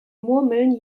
murmeln